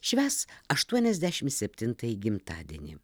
švęs aštuoniasdešimt septintąjį gimtadienį